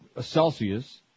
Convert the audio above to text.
Celsius